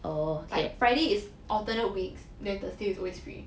like friday is alternate weeks then thursday is always free